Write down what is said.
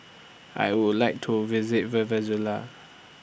I Would like to visit Venezuela